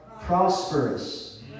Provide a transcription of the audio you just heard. prosperous